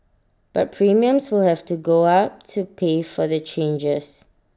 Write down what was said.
but premiums will have to go up to pay for the changes